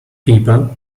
pipa